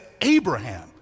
Abraham